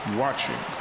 watching